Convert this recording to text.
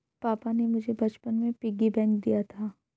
पापा ने मुझे बचपन में पिग्गी बैंक दिया था